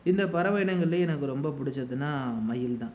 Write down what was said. இந்த பறவை இனங்கள்லேயே எனக்கு ரொம்ப பிடித்ததுன்னா மயில் தான்